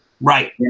right